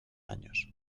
años